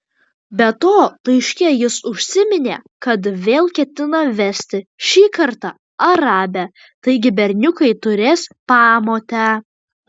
be to laiške jis užsiminė kad vėl ketina vesti šį kartą arabę taigi berniukai turės pamotę